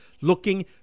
looking